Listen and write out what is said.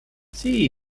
see